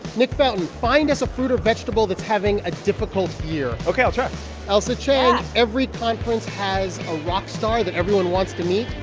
nick fountain, find us a fruit or vegetable that's having a difficult year ok. i'll try ailsa chang. yeah. every conference has a rock star that everyone wants to meet.